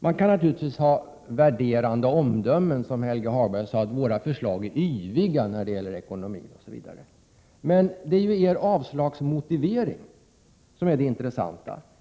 Man kan naturligtvis fälla värderande omdömen, som Helge Hagberg gjorde, och säga att våra förslag är yviga när det gäller ekonomin osv., men det är er avslagsmotivering som är intressant.